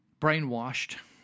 brainwashed